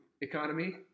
economy